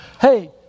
Hey